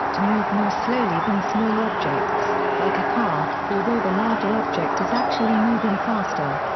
to move more slowly than smaller objects, like a car, although the larger object is actually moving faster.